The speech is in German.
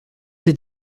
sie